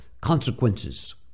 consequences